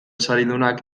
saridunak